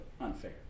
unfair